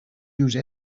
use